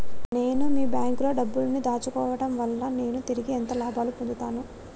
నేను మీ బ్యాంకులో డబ్బు ను దాచుకోవటం వల్ల నేను తిరిగి ఎంత లాభాలు పొందుతాను?